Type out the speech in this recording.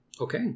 okay